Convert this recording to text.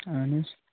اَہَن حظ